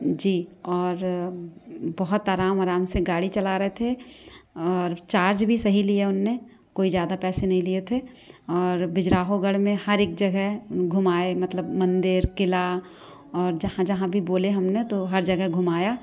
जी और बहुत आराम आराम से गाड़ी चला रहे थे और चार्ज भी सही लिया उन्होंने कोई ज़्यादा पैसे नहीं लिए थे और बिजराहोगढ़ में हर एक जगह घुमाए मतलब मंदिर क़िला और जहाँ जहाँ भी बोले हमने तो हर जगह घुमाया